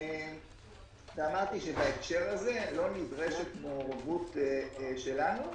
אמרתי שבהקשר הזה לא נדרשת מעורבות שלנו,